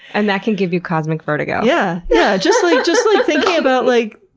and that can give you cosmic vertigo. yeah! yeah just like just like thinking about like,